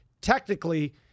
Technically